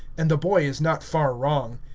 and the boy is not far wrong.